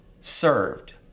served